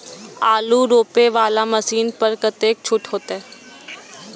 आलू रोपे वाला मशीन पर कतेक छूट होते?